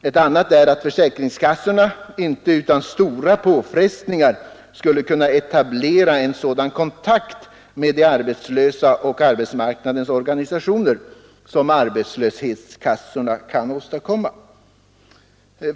Ett annat är att försäkringskassorna inte utan stora påfrestningar skulle kunna etablera en sådan kontakt med de arbetslösa och arbetsmarknadens organisationer som arbetslöshetskassorna kan åstadkomma.